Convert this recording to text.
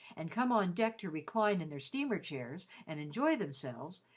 and come on deck to recline in their steamer-chairs and enjoy themselves,